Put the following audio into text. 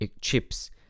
chips